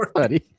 sorry